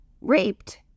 raped